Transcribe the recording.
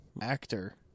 actor